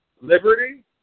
liberty